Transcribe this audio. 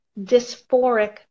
dysphoric